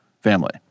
family